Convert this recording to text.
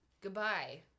Goodbye